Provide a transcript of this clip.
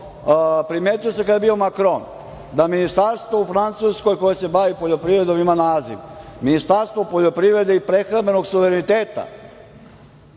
primetio sam kad je bio Makron da ministarstvo u Francuskoj koji se bavi poljoprivredom ima naziv – Ministarstvo poljoprivrede i prehrambenog suvereniteta